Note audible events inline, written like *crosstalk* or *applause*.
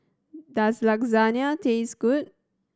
does *unintelligible* taste good